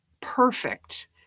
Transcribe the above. perfect